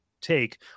take